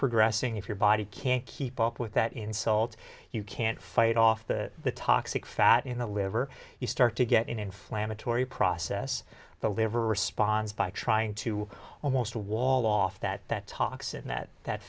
progressing if your body can't keep up with that insult you can't fight off the the toxic fat in the liver you start to get an inflammatory process but liver responds by trying to almost wall off that that talks in that that